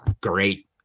great